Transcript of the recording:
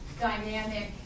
dynamic